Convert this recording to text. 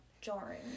jarring